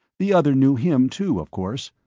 the other knew him, too, of course.